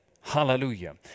Hallelujah